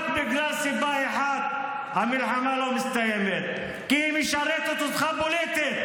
רק בגלל סיבה אחת המלחמה לא מסתיימת: כי היא משרתת אותך פוליטית.